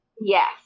Yes